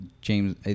James